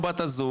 או בת הזוג,